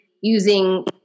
using